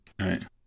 Right